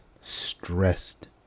stressed